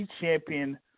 champion